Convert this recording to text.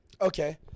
Okay